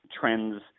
trends